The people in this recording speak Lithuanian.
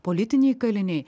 politiniai kaliniai